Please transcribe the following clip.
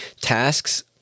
Tasks